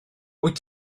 wyt